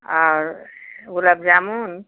और गुलाब जामुन